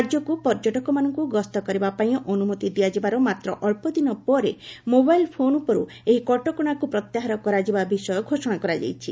ରାଜ୍ୟକୁ ପର୍ଯ୍ୟଟକମାନଙ୍କୁ ଗସ୍ତ କରିବା ପାଇଁ ଅନୁମତି ଦିଆଯିବାର ମାତ୍ର ଅକ୍ଷ ଦିନ ପରେ ମୋବାଇଲ୍ ଫୋନ୍ ଉପରୁ ଏହି କଟକଶାକୁ ପ୍ରତ୍ୟାହାର କରାଯିବା ବିଷୟ ଘୋଷଣା କରାଯାଇଛି